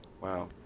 Wow